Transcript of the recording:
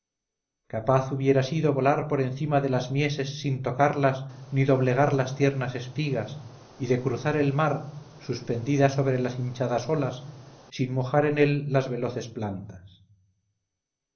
capaz hubiera sido volar por encima de las mieses sin tocarlas ni doblegar tiernas espigas y de cruzar el mar suspendida sobre las hinchadas olas sin mojar en él las veloces plantas